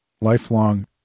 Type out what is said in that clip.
lifelong